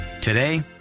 Today